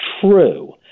true